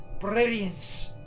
brilliance